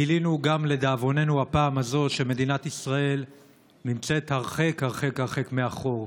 גילינו לדאבוננו גם הפעם הזו שמדינת ישראל נמצאת הרחק הרחק הרחק מאחור.